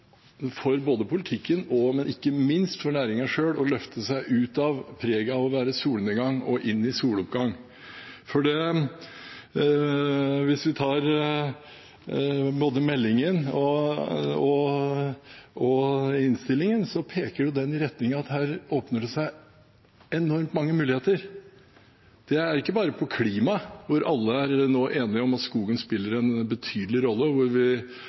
ikke minst for næringen selv å løfte seg ut av preget av å være i solnedgang og inn i soloppgang. Hvis vi tar både meldingen og innstillingen, peker det i retning av at det her åpner seg enormt mange muligheter. Det er ikke bare på klimafeltet, hvor alle nå er enige om at skogen spiller en betydelig rolle, og hvor vi